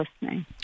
listening